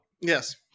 Yes